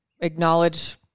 Acknowledge